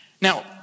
Now